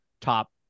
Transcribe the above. top